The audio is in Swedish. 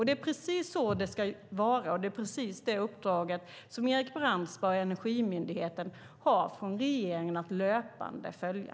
Det är precis så det ska vara, och det är precis det Erik Brandsma och Energimyndigheten enligt uppdraget av regeringen har att löpande följa.